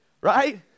right